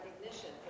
recognition